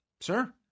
sir